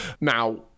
Now